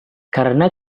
karena